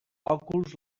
òculs